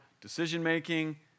decision-making